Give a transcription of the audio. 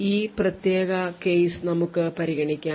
ഈ പ്രത്യേക കേസ് നമുക്ക് പരിഗണിക്കാം